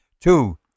Two